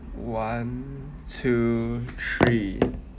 one two three